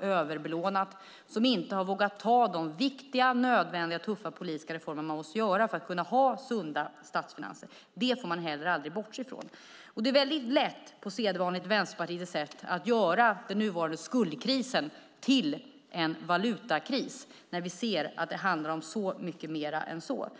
överbelånat och inte vågat göra de viktiga, nödvändiga och tuffa politiska reformer man måste göra för att kunna ha sunda statsfinanser. Det får man aldrig bortse från. Det är väldigt lätt att på sedvanligt vänsterpartistiskt sätt göra den nuvarande skuldkrisen till en valutakris när vi ser att det handlar om så mycket mer än det.